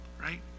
right